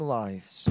lives